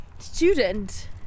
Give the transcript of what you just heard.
Student